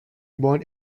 born